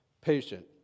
patient